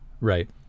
Right